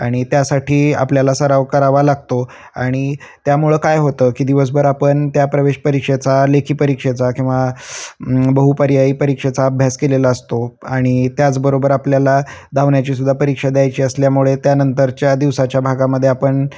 आणि त्यासाठी आपल्याला सराव करावा लागतो आणि त्यामुळं काय होतं की दिवसभर आपण त्या प्रवेश परीक्षेचा लेखी परीक्षेचा किंवा बहुपर्यायी परीक्षेचा अभ्यास केलेला असतो आणि त्याचबरोबर आपल्याला धावण्याचीसुद्धा परीक्षा द्यायची असल्यामुळे त्यानंतरच्या दिवसाच्या भागामध्ये आपण